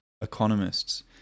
economists